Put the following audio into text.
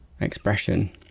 expression